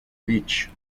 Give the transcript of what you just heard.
beach